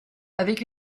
avec